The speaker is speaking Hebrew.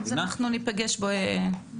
אז אנחנו ניפגש עוד שלושה חודשים.